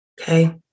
Okay